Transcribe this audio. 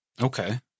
Okay